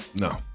No